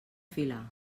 filar